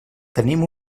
tenim